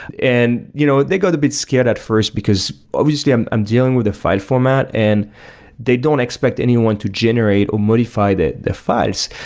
and you know they got a bit scared at first, because obviously, i'm i'm dealing with a file format and they don't expect anyone to generate or modify the the files.